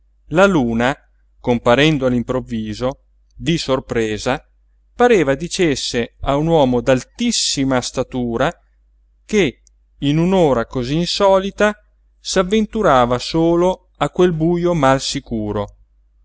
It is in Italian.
la luna comparendo all'improvviso di sorpresa pareva dicesse a un uomo d'altissima statura che in un'ora cosí insolita s'avventurava solo a quel bujo mal sicuro